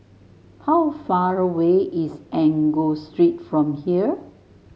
how far away is Enggor Street from here